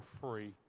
free